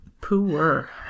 Poor